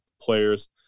players